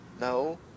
No